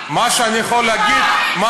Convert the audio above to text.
מה שאני יכול להגיד, בושה.